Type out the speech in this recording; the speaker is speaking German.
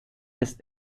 ist